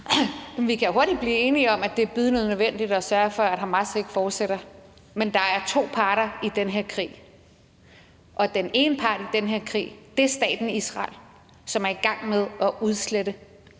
vi kan hurtigt blive enige om, at det er bydende nødvendigt at sørge for, at Hamas ikke fortsætter. Men der er to parter i den her krig, og den ene part i den her krig er staten Israel, som er i gang med at udslette